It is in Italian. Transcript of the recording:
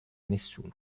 nessuno